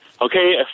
Okay